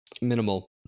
minimal